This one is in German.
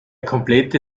komplette